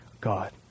God